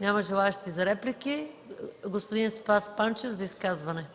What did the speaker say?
Няма желаещи за реплики. Господин Спас Панчев – за изказване.